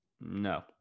no